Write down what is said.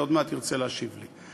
אקוניס, שעוד מעט ירצה להשיב לי.